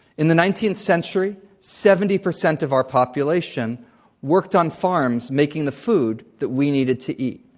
in the nineteenth century, seventy percent of our population worked on farms making the food that we needed to eat.